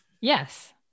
Yes